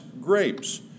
grapes